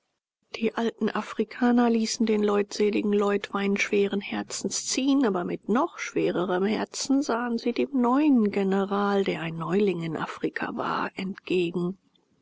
die alten afrikaner ließen den leutseligen leutwein schweren herzens ziehen aber mit noch schwererem herzen sahen sie dem neuen general der ein neuling in afrika war entgegen